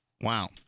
Wow